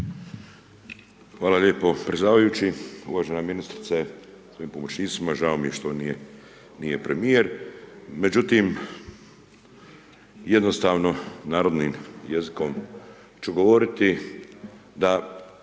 Hvala lijepo predsjedavajući, uvažena ministrice sa svojim pomoćnicima, žao mi je što nije premijer, međutim, jednostavno narodnim jezikom ću govoriti da